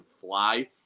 fly